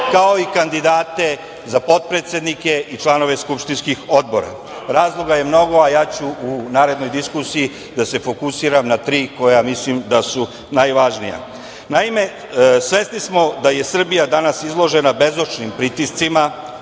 kao i kandidate za potpredsednike i članove skupštinskih odbora. Razloga je mnogo, a ja ću u narednoj diskusiji da se fokusiram na tri koja mislim da su najvažnija. Naime, svesni smo da je Srbija danas izložena bezočnim pritiscima,